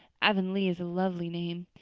avonlea is a lovely name.